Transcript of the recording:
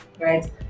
right